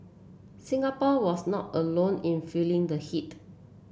Singapore was not alone in feeling the heat